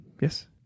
Yes